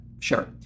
Sure